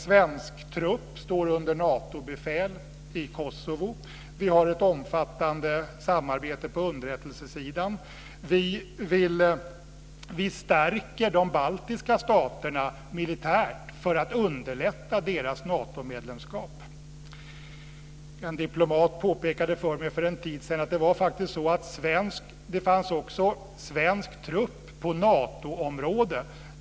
Svensk trupp står under Natobefäl i Kosovo. Vi har ett omfattande samarbete på underrättelsesidan. Vi stärker de baltiska staterna militärt för att underlätta deras Natomedlemskap. En diplomat påpekade för mig för en tid sedan att det faktiskt också fanns svensk trupp på Natoområde.